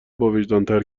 باوجدانتر